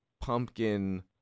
pumpkin